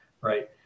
right